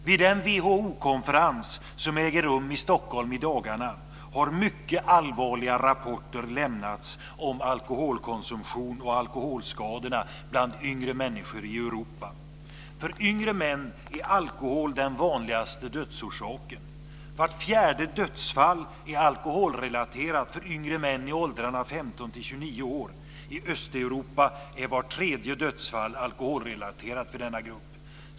Vid den WHO-konferens som äger rum i Stockholm i dagarna har mycket allvarliga rapporter lämnats om alkoholkonsumtionen och alkoholskadorna bland yngre människor i Europa. Bland yngre män är alkohol den vanligaste dödsorsaken. Vart fjärde dödsfall är alkoholrelaterat bland yngre män i åldrarna 15-29 år. I Östeuropa är vart tredje dödsfall alkoholrelaterat i denna grupp.